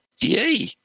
yay